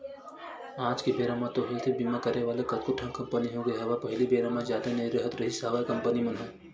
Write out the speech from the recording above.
आज के बेरा म तो हेल्थ बीमा करे वाले कतको ठन कंपनी होगे हवय पहिली बेरा म जादा नई राहत रिहिस हवय कंपनी मन ह